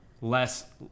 less